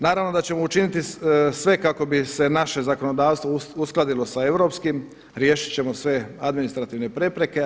Naravno da ćemo učiniti sve kako bi se naše zakonodavstvo uskladilo sa europskim, riješit ćemo sve administrativne prepreke.